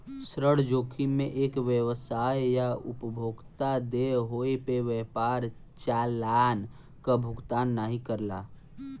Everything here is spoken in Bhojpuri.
ऋण जोखिम में एक व्यवसाय या उपभोक्ता देय होये पे व्यापार चालान क भुगतान नाहीं करला